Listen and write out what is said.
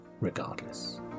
regardless